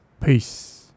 Peace